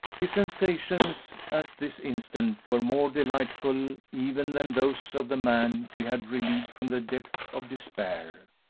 his sensations at this instant were more delightful even than those of the man he had relieved from the depth of despair.